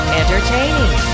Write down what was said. entertaining